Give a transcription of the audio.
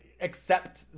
accept